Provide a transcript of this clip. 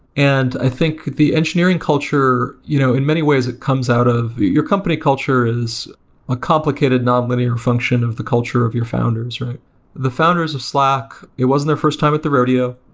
and i think the engineer ing culture, you know in many ways, it comes out of your company culture is a complicated nonlinear function of the culture of your founders. the founders of slack, it wasn't their first time at the rodeo.